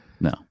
No